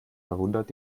verwundert